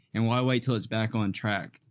and why wait till it's back on track.